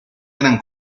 eran